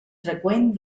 freqüent